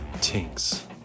Tinks